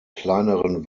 kleineren